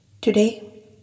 Today